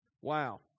Wow